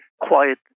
quiet